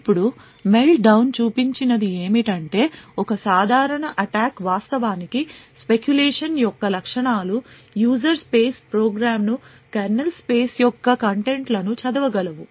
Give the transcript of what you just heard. ఇప్పుడు మెల్ట్డౌన్ చూపించినది ఏమిటంటే ఒక సాధారణ అటాక్ వాస్తవానికి speculation యొక్క లక్షణాలు యూజర్ స్పేస్ ప్రోగ్రామ్ను కెర్నల్ స్పేస్ యొక్క కంటెంట్లను చదవగలవు